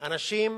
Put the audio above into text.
אנשים